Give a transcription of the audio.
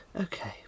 Okay